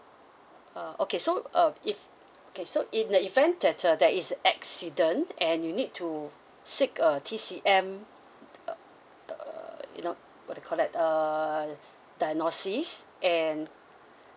uh okay so uh if okay so in the event that uh that is accident and you need to seek a T_C_M err you know what you call that err diagnosis and